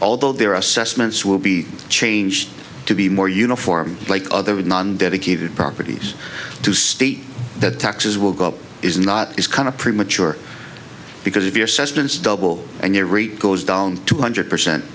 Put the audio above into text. although their assessments will be changed to be more uniform like other wood non dedicated properties to state that taxes will go up is not is kind of premature because if your sentence double and your rate goes down two hundred percent